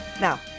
Now